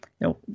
No